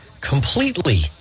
Completely